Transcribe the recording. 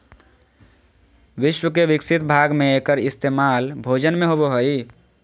विश्व के विकसित भाग में एकर इस्तेमाल भोजन में होबो हइ